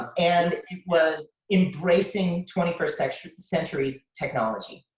and was embracing twenty first century century technology.